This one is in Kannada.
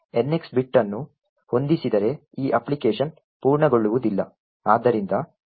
ಆದ್ದರಿಂದ NX ಬಿಟ್ ಅನ್ನು ಹೊಂದಿಸಿದರೆ ಈ ಅಪ್ಲಿಕೇಶನ್ ಪೂರ್ಣಗೊಳ್ಳುವುದಿಲ್ಲ